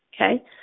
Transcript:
Okay